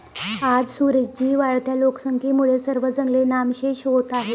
आज सुरेश जी, वाढत्या लोकसंख्येमुळे सर्व जंगले नामशेष होत आहेत